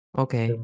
okay